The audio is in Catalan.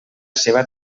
seva